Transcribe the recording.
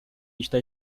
está